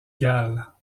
galles